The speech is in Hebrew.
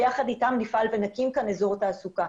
ויחד איתם נפעל ונקים כאן אזור תעסוקה.